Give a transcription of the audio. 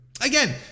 Again